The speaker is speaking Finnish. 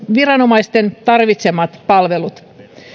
viranomaisten tarvitsemat palvelut